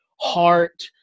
heart